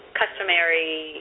customary